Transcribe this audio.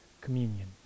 communion